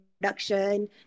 production